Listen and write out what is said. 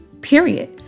period